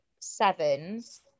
sevens